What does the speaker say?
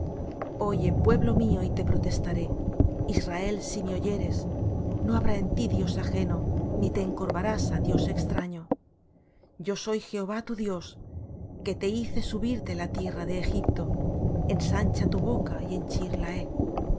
oye pueblo mío y te protestaré israel si me oyeres no habrá en ti dios ajeno ni te encorvarás á dios extraño yo soy jehová tu dios que te hice subir de la tierra de egipto ensancha tu boca y henchirla he